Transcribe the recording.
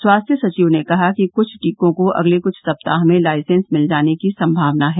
स्वास्थ्य सचिव ने कहा कि कुछ टीकों को अगले कुछ सप्ताह में लाइसेंस मिल जाने की संभावना है